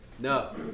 No